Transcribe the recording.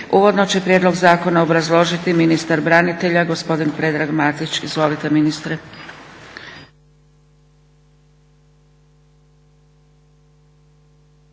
Uvodno će Prijedlog zakona obrazložiti ministar branitelja gospodin Predrag Matić. Izvolite ministre.